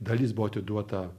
dalis buvo atiduota